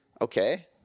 Okay